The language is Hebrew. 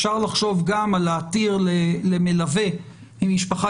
אפשר לחשוב גם להתיר למלווה ממשפחה